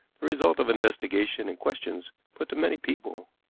result of investigation and questions put to many people.